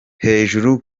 hejuru